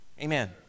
Amen